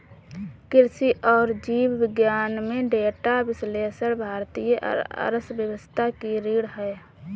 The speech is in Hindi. कृषि और जीव विज्ञान में डेटा विश्लेषण भारतीय अर्थव्यवस्था की रीढ़ है